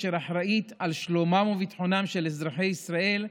אשר אחראית לשלומם וביטחונם של אזרחי ישראל,